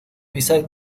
beside